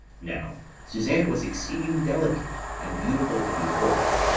now susanna was exceeding delicate, and beautiful to behold.